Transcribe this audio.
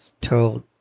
told